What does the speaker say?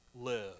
live